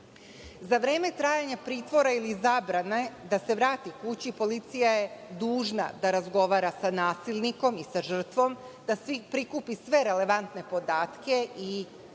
Za vreme trajanja pritvora ili zabrane da se vrati kući policija je dužna da razgovara sa nasilnikom i sa žrtvom, da prikupi sve relevantne podatke i